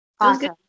Awesome